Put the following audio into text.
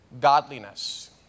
godliness